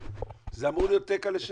זה אמור להיות תקע לשקע.